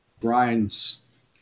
Brian's